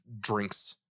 drinks